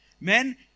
men